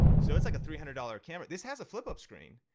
so it's like a three hundred dollars camera. this has a flip up screen,